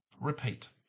Repeat